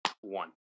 one